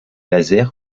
laser